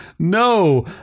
No